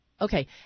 okay